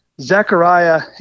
Zechariah